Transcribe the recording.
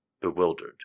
bewildered